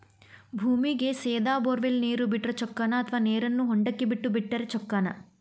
ಭೂಮಿಗೆ ಸೇದಾ ಬೊರ್ವೆಲ್ ನೇರು ಬಿಟ್ಟರೆ ಚೊಕ್ಕನ ಅಥವಾ ನೇರನ್ನು ಹೊಂಡಕ್ಕೆ ಬಿಟ್ಟು ಬಿಟ್ಟರೆ ಚೊಕ್ಕನ?